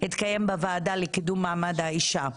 בוועדה לקידום מעמד האישה.